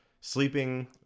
sleeping